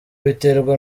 biterwa